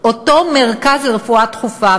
אותו מרכז לרפואה דחופה,